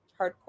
Hardcore